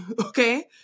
okay